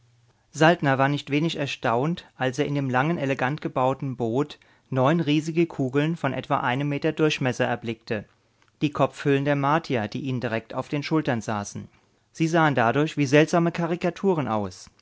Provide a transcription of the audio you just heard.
saltner war nicht wenig erstaunt als er in dem langen elegant gebauten boot neun riesige kugeln von etwa einem meter durchmesser erblickte die kopfhüllen der martier die ihnen direkt auf den schultern saßen sie sahen dadurch wie seltsame karikaturen aus